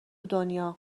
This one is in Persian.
دنیا